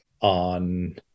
on